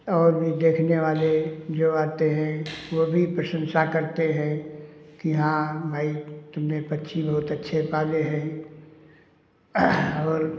और भी देखने वाले जो आते हैं वो भी प्रशंसा करते हैं कि हाँ भई तुमने पक्षी बहुत अच्छे पाले हैं और